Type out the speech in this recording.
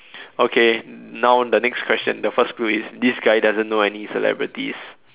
okay now the next question the first clue is this guy doesn't know any celebrities